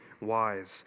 Wise